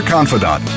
Confidant